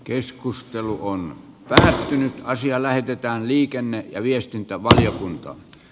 keskustelu on tosin asia lähetetään liikenne ja paremmin